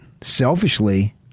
selfishly